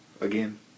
again